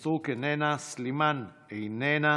סטרוק, איננה, סלימאן, איננה.